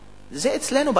מאצלנו,